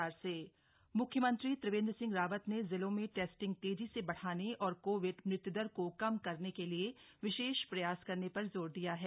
Covid समीक्षा बठक मुख्यमंत्री त्रिवेन्द्र सिंह रावत ने जिलों में टेस्टिंग तेजी से बढ़ाने और कोविड मृत्यु दर को कम करने के लिए विशेष प्रयास करने पर जोर दिया है